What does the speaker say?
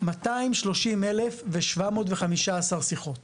ב-230,715 שיחות.